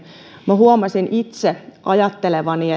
huomasin itse ajattelevani